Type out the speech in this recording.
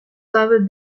double